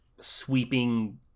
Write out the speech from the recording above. sweeping